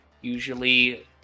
Usually